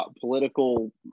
political